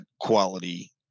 quality –